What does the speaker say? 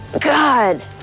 God